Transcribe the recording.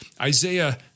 Isaiah